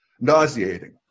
nauseating